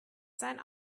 sein